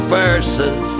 verses